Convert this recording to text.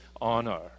honor